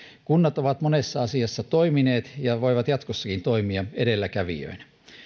kunnat ovat monessa asiassa toimineet ja voivat jatkossakin toimia edelläkävijöinä